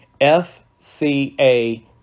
FCA